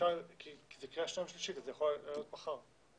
זה קריאה שניה ושלישית זה יכול לעלות מחר.